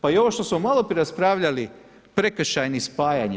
Pa i ovo što smo maloprije raspravljali prekršajni, spajanje.